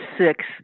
six